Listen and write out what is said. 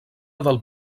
del